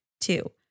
Two